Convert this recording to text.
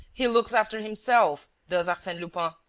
he looks after himself, does arsene lupin!